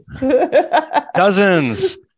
Dozens